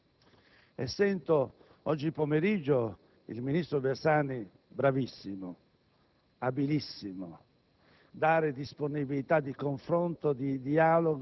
Allora, ho voluto capire di più sul perché siamo arrivati ad avere questa situazione incresciosa per le istituzioni, le nostre istituzioni.